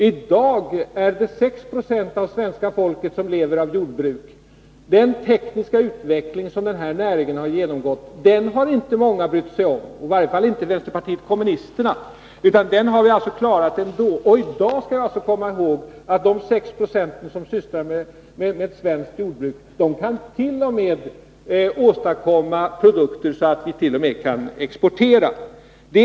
I dag lever 6 96 av svenska folket av jordbruk. Den tekniska utveckling som den näringen har genomgått har inte många brytt sig om, i varje fall inte vänsterpartiet kommunisterna, utan den har vi fått klara ändå. Och vi skall komma ihåg att de 6 Ze som i dag sysslar med svenskt jordbruk kan åstadkomma så mycket produkter att vi t.o.m. kan exportera livsmedel.